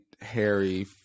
Harry